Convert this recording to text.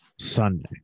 Sunday